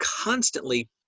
constantly